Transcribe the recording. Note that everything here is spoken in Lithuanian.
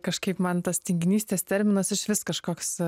kažkaip man tas tinginystės terminas išvis kažkoks